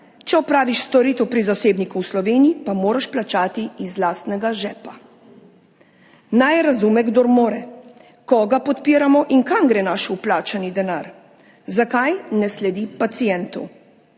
če opraviš storitev pri zasebniku v Sloveniji, pa moraš plačati iz lastnega žepa. Naj razume, kdor more. Koga podpiramo in kam gre naš vplačani denar? Zakaj ne sledi pacientu?